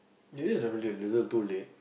it is a lil~ a little too late